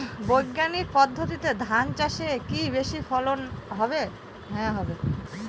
বৈজ্ঞানিক পদ্ধতিতে ধান চাষে কি বেশী ফলন হয়?